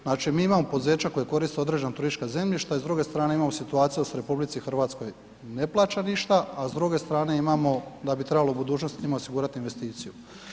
Znači mi imamo poduzeća koja koriste određena turistička zemljišta i s druge strane, imamo situaciju da se u RH ne plaća ništa, a s druge strane imamo da bi trebalo u budućnosti njima osigurati investiciju.